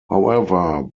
however